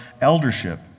eldership